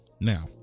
Now